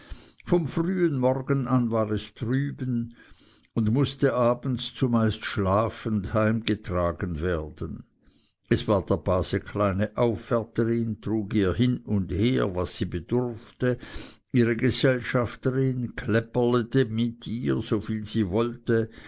vom frühen morgen an war es drüben und mußte abends zumeist schlafend heimgetragen werden es war der base kleine aufwärterin trug ihr hin und her was sie bedurfte ihre gesellschafterin kläpperlete mit ihr so viel sie wollte